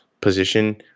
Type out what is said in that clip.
position